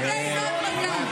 אני קונה את זה.